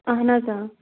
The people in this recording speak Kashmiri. اَہَن حظ